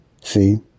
See